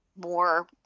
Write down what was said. more